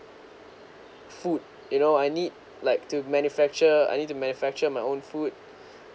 food you know I need like to manufacture I need to manufacture my own food